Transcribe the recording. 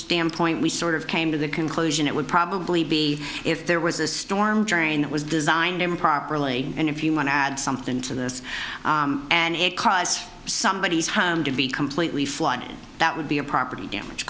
standpoint we sort of came to the conclusion it would probably be if there was a storm drain that was designed improperly and if you want to add something to this and it caused somebodies home to be completely flooded that would be a property damage